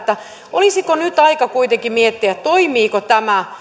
olisiko nyt aika kuitenkin miettiä toimiiko tämä